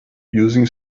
using